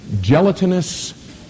gelatinous